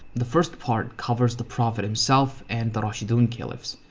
the first part covers the prophet himself and the rashidun caliphs.